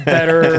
Better